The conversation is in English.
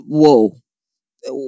whoa